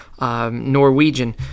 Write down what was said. Norwegian